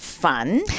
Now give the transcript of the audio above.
fun